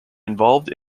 involved